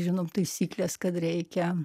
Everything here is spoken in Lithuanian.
žinom taisykles kad reikia